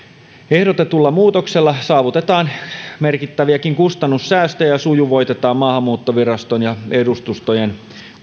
ehdotetulla muutoksella saavutetaan merkittäviäkin kustannussäästöjä ja sujuvoitetaan maahanmuuttoviraston ja edustustojen